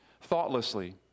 thoughtlessly